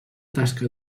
tasca